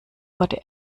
wurde